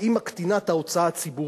שהיא מקטינה את ההוצאה הציבורית,